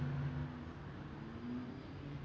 indian or indian muslim right like just mix lah